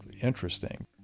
interesting